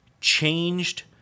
changed